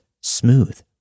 smooth